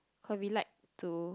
we like to